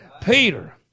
Peter